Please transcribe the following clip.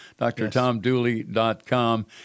drtomdooley.com